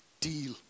deal